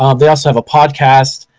um they also have a podcast.